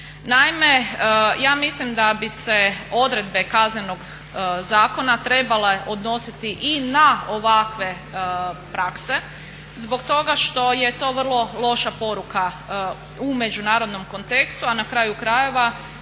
Naime, ja mislim da bi se odredbe Kaznenog zakona trebale odnositi i na ovakve prakse zbog toga što je to vrlo loša poruka u međunarodnom kontekstu, a na kraju krajeva